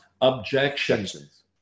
objections